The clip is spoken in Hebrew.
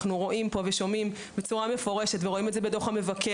אנחנו רואים פה ושומעים בצורה מפורשת ורואים זאת גם בדוח המבקר